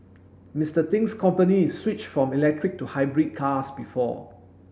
Mister Ting's company switched from electric to hybrid cars before